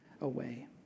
away